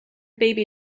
baby